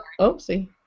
Oopsie